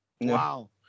Wow